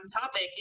topic